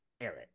eric